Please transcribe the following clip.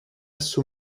sous